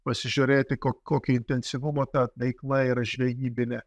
pasižiūrėti ko kokio intensyvumo ta veikla yra žvejybinė